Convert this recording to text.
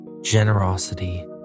generosity